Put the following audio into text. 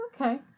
Okay